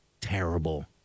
Terrible